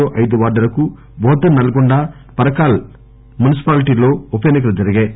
లో ఐదు వార్డులకు బోధన్ నల్గొండ పర్కాల మున్పిపాలిటీలో ఉప ఎన్ని కలు జరిగాయి